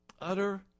Utter